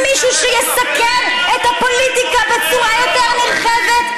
ממישהו שיסקר את הפוליטיקה בצורה יותר נרחבת?